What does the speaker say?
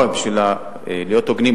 בשביל להיות הוגנים,